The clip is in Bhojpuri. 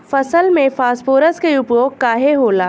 फसल में फास्फोरस के उपयोग काहे होला?